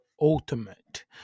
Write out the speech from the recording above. ultimate